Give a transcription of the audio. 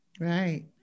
Right